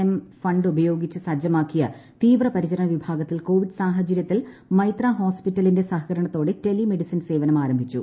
M fund ഉപയോഗിച്ച് സജ്ജമാക്കിയ തീവ്ര പരിചരണ വിഭാഗത്തിൽ കോവിഡ് സാഹചരൃത്തിൽ മൈത്ര ഹോസ്പിറ്റലിന്റെ സഹകരണത്തോടെ ടെലി മെഡിസിൻ സേവനം ആരംഭിച്ചു